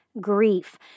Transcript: grief